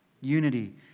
Unity